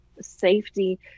safety